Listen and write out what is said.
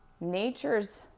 Nature's